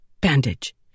Bandage